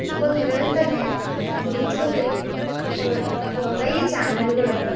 ഇപ്പോൾ നിലവിൽ തന്നെ യൂട്യൂബിൽ കൊ കുറെ ചാനലുകളുണ്ട്